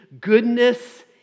goodness